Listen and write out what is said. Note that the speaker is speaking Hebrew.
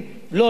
לא להעלות.